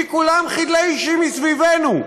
כי כולם חדלי אישים מסביבנו.